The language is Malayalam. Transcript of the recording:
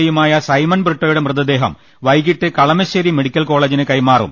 എയുമായ സൈമൺ ബ്രിട്ടോയുടെ മൃതദേഹം വൈകീട്ട് കളമശേരി മെഡിക്കൽ കോളജിന് കൈമാറും